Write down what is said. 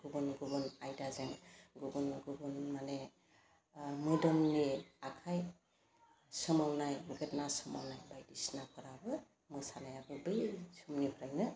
गुबुन गुबुन आयदाजों गुबुन गुबुन माने ओह मोदोमनि आखाइ सोमावनाय गोदना सोमावनाय बायदिसिनाफोराबो मोसानायाबो बै समनिफ्रायनो